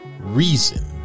reason